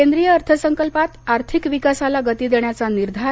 केंद्रीय अर्थसंकल्पात आर्थिक विकासाला गती देण्याचा निर्धार